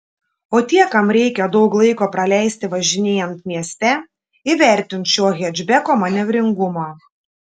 o tie kam reikia daug laiko praleisti važinėjant mieste įvertins šio hečbeko manevringumą